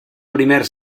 primer